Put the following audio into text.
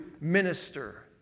minister